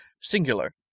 Singular